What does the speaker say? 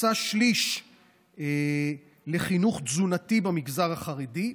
הוקצה שליש לחינוך תזונתי במגזר החרדי,